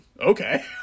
okay